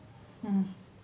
mm